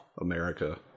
America